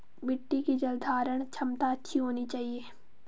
मिट्टी की जलधारण क्षमता अच्छी होनी चाहिए